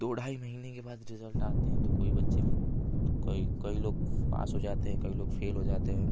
दो ढाई महीने के बाद रिज़ल्ट आते हैं तो कोई बच्चे तो कई कई लोग पास हो जाते हैं कई लोग फ़ेल हो जाते हैं